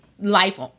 life